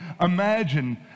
imagine